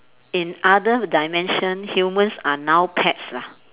in other dimension humans are now pets ah